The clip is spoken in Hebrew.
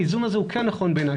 האיזון הזה הוא כן נכון בעיני,